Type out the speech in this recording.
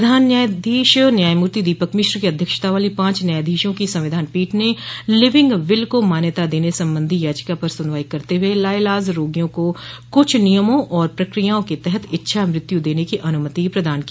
प्रधान न्यायाधीश न्यायमूर्ति दीपक मिश्र की अध्यक्षता वाली पांच न्यायाधीशों की संविधान पीठ ने लिविंग विल को मान्यता देने संबंधी याचिका पर सुनवाई करते हुए लाइलाज रोगियों को कुछ नियमों और प्रक्रियाओं के तहत इच्छा मृत्यू देने की अनुमति प्रदान की